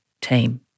team